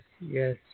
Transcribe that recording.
yes